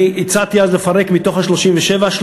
ואני הצעתי אז לפרק 32 מה-39,